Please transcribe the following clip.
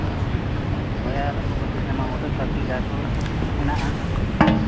ᱦᱳᱭ ᱟᱭᱢᱟ ᱜᱚᱴᱮᱱ ᱥᱚᱵᱽᱡᱤ ᱡᱟᱦᱟᱸ ᱠᱚ ᱢᱮᱱᱟᱜᱼᱟ